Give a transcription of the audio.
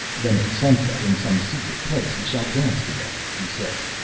then at sunset in some secret place we shall dance together he said,